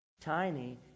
Tiny